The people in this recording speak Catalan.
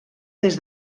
des